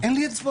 אין לי אצבעות,